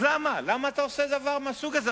אז למה אתה עושה דבר מהסוג הזה?